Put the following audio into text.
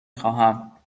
خواهم